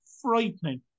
frightening